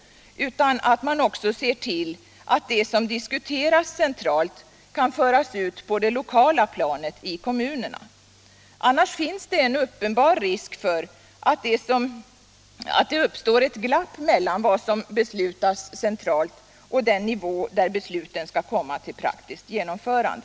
utan att man också ser till att det som diskuteras centralt kan föras ut på det lokala planet i kommunerna. Annars finns det en uppenbar risk för att det uppstår ett glapp mellan vad som beslutas centralt och den nivå där besluten skall komma till praktiskt genomförande.